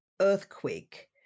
earthquake